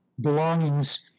belongings